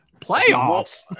Playoffs